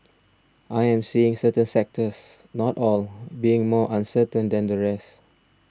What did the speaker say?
I am seeing certain sectors not all being more uncertain than the rest